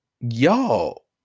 Y'all